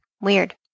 Weird